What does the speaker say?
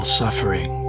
suffering